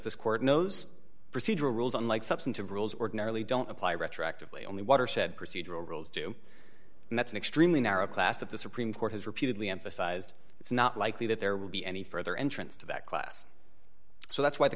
this court knows procedural rules unlike substantive rules ordinarily don't apply retroactively only watershed procedural rules do and that's an extremely narrow class that the supreme court has repeatedly emphasized it's not likely that there will be any further entrants to that class so that's why the